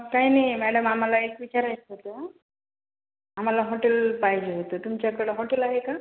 काही नाही मॅडम आम्हाला एक विचारायचं होतं आम्हाला हॉटेल पाहिजे होतं तुमच्याकडं हॉटेल आहे का